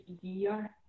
year